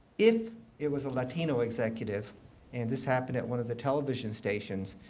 if it was a latino executive and this happened at one of the television stations,